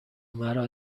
مرا